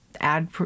add